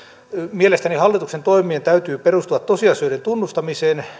mielestäni hallituksen toimien täytyy perustua tosiasioiden tunnustamiseen